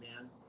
man